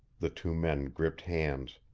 the two men gripped hands,